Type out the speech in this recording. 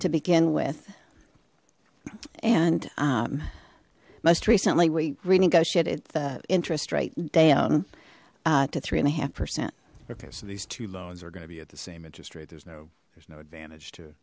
to begin with and most recently we renegotiated the interest rate down to three and a half percent okay so these two loans are gonna be at the same interest rate there's no there's no advantage to